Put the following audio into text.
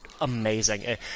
amazing